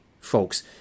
folks